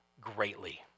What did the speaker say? greatly